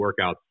workouts